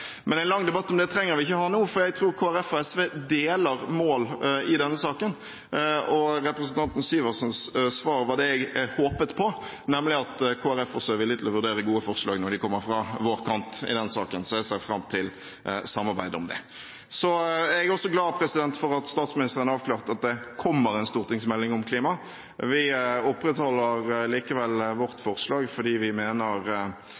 En lang debatt om det trenger vi ikke å ha nå, for jeg tror Kristelig Folkeparti og SV deler mål i denne saken, og representanten Syversens svar var det jeg håpet på, nemlig at Kristelig Folkeparti også er villig til å vurdere gode forslag som kommer fra vår kant i den saken. Jeg ser fram til samarbeid om det. Jeg er også glad for at statsministeren avklarte at det kommer en stortingsmelding om klima. Vi opprettholder likevel vårt forslag, fordi vi mener